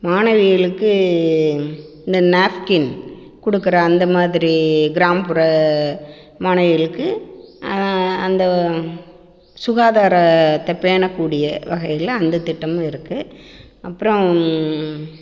மாணவிகளுக்கு இந்த நாஃப்கின் கொடுக்கிற அந்தமாதிரி கிராமப்புற மாணவிகளுக்கு அந்த சுகாதாரத்தைப் பேணக்கூடிய வகையில் அந்த திட்டமும் இருக்குது அப்புறம்